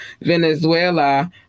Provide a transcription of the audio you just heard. Venezuela